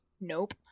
Nope